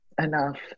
enough